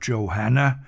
Johanna